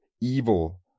evil